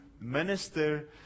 minister